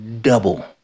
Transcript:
double